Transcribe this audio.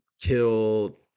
kill